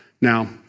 Now